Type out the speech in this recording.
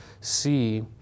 see